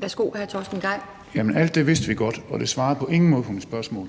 Kl. 18:23 Torsten Gejl (ALT): Jamen alt det vidste vi godt, og det svarede på ingen måde på mit spørgsmål.